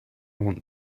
want